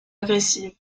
agressive